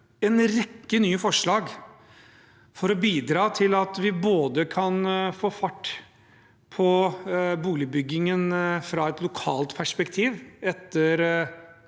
en rekke nye forslag: for å bidra til at vi kan få fart på boligbyggingen fra et lokalt perspektiv etter